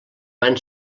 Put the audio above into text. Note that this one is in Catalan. van